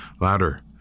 louder